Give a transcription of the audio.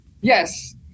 Yes